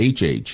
HH